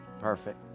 Perfect